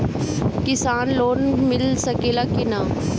किसान लोन मिल सकेला कि न?